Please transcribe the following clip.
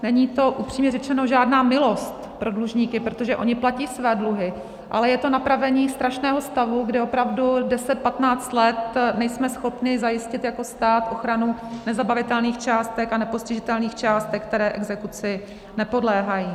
Není to, upřímně řečeno, žádná milost pro dlužníky, protože oni platí své dluhy, ale je to napravení strašného stavu, kde opravdu deset patnáct let nejsme schopni zajistit jako stát ochranu nezabavitelných částek a nepostižitelných částek, které exekuci nepodléhají.